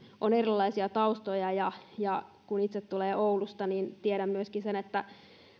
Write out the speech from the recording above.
on erilaisia taustoja ja ja kun itse tulen oulusta niin tiedän myöskin sen että